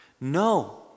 No